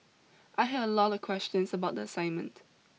I had a lot of questions about the assignment